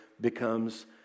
becomes